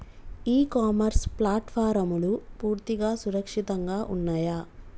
ఇ commerce ప్లాట్ఫారమ్లు పూర్తిగా సురక్షితంగా ఉన్నయా?